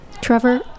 Trevor